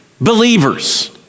believers